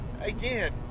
again